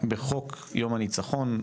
בחוק יום הניצחון,